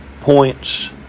points